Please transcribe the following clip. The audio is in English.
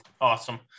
Awesome